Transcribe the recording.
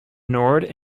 nord